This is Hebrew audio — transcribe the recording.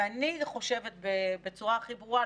ואני חושבת בצורה הכי ברורה,